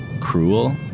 cruel